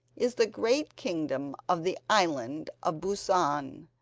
is the great kingdom of the island of busan,